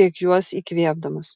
kiek juos įkvėpdamas